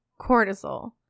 cortisol